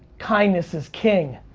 kindness is king!